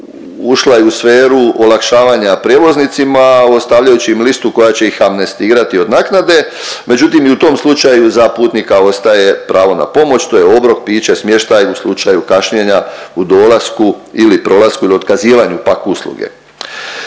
ušla i u sferu olakšavanja prijevoznicima ostavljajući im listu koja će ih amnestirati od naknade, međutim i u tom slučaju za putnika ostaje pravo na pomoć, to je obrok, piće, smještaj u slučaju kašnjenja u dolasku ili prolasku ili otkazivanju pak' usluge.